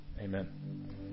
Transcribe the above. Amen